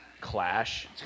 Clash